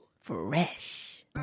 Fresh